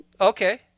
Okay